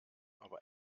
aber